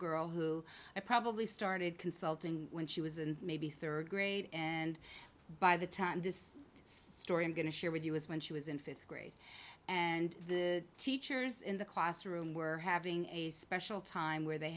girl who i probably started consulting when she was and maybe third grade and by the time this story i'm going to share with you was when she was in fifth grade and the teachers in the classroom were having a special time where they